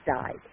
died